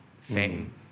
fame